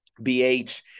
BH